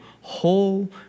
whole